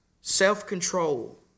self-control